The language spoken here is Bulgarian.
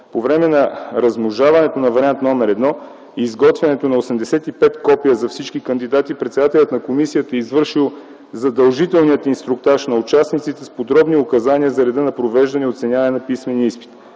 По време на размножаването на Вариант № 1 и изготвянето на 85 копия за всички кандидати председателят на комисията е извършил задължителния инструктаж на участниците с подробни указания за реда на провеждане и оценяване на писмения изпит.